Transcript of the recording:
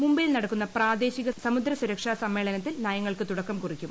മുംബൈയിൽ നടക്കുന്ന പ്രാദേശിക സമുദ്ര സുരക്ഷാ സമ്മേളനത്തിൽ നയങ്ങൾക്ക് തുടക്കം കുറിക്കും